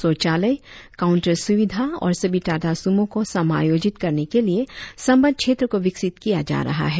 शौचालय काऊंटर सुविधा और सभी टाटा सूमो को समायोजित करने के लिए संबंध क्षेत्र को विकसित किया जा रहा है